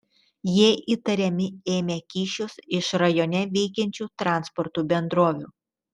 jie įtariami ėmę kyšius iš rajone veikiančių transporto bendrovių